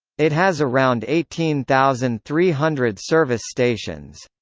it has around eighteen thousand three hundred service stations.